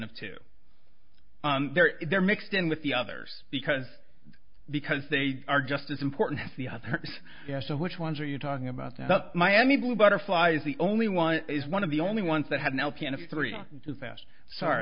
of two they're there mixed in with the others because because they are just as important as the other yeah so which ones are you talking about the miami butterflies the only one is one of the only ones that had an lpn of three too fast sorry